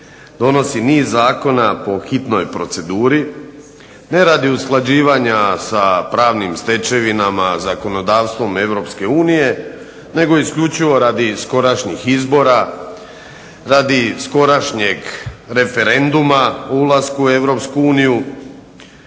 donosi niz zakona po hitnoj proceduri, ne radi usklađivanja sa pravnim stečevinama, zakonodavstvom EU nego isključivo radi skorašnjih izbora, radi skorašnjeg referenduma o ulasku u EU